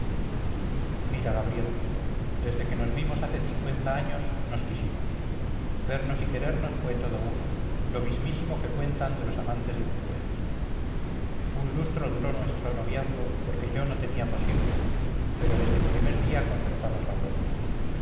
mira gabriel desde que nos vimos hace cincuenta años nos quisimos vernos y querernos fue todo uno lo mismísimo que cuentan de los amantes de teruel un lustro duró nuestro noviazgo porque yo no tenía posibles pero desde el primer día concertamos la boda